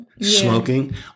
smoking